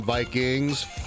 Vikings